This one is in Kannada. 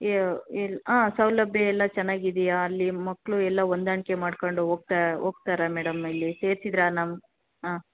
ಇಲ್ಲಿ ಸೌಲಭ್ಯ ಎಲ್ಲ ಚೆನ್ನಾಗಿದೆಯಾ ಅಲ್ಲಿ ಮಕ್ಕಳು ಎಲ್ಲ ಹೊಂದಾಣ್ಕೆ ಮಾಡ್ಕೊಂಡು ಹೋಗ್ತಾ ಹೋಗ್ತಾರಾ ಮೇಡಮ್ ಇಲ್ಲಿ ಸೇರ್ಸಿದ್ರಾ ನಮ್ಮ ಹಾಂ